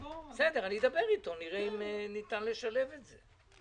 בסדר, אדבר איתו, נראה אם ניתן לשלב את זה.